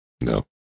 no